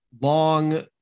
long